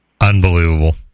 Unbelievable